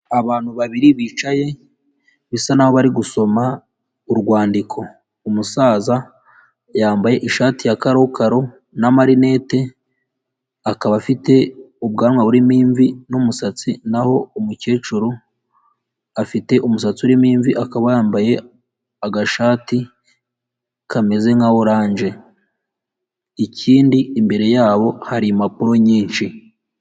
Abantu babiri bicaye bisa naho bari gusoma urwandiko, umusaza yambaye ishati ya karokaro n'amarinete akaba afite ubwanwa burimo imvi n'umusatsi, naho umukecuru afite umusatsi urimo imvi akaba yambaye agashati kameze nka oranje, ikindi imbere yabo hari impapuro nyinshi.